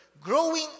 Growing